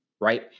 right